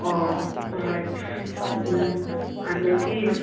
ꯑꯣ ꯍꯣꯏ ꯍꯣꯏ ꯎꯝ ꯑꯗꯒꯤ